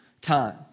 time